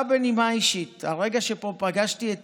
עכשיו בנימה אישית: הרגע שבו פגשתי את